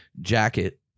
jacket